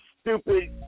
stupid